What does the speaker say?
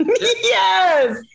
yes